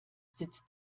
sitzt